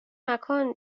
مکان